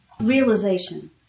Realization